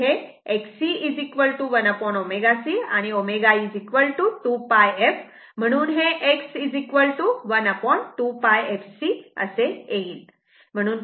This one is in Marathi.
आणि हे Xc 1ω C आणि ω2πf म्हणून X 12πf C येईल